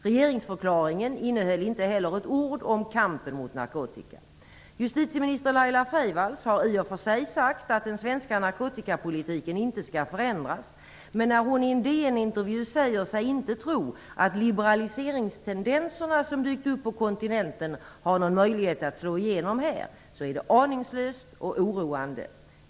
Regeringsförklaringen innehöll inte heller ett ord om kampen mot narkotika. Justitieminister Laila Freivalds har i och för sig sagt att den svenska narkotikapolitiken inte skall förändras, men när hon i en DN-intervju säger sig inte tro "att liberaliseringstendenserna som dykt upp på kontinenten har någon möjlighet att slå igenom här" är det aningslöst och oroande.